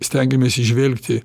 stengiamės įžvelgti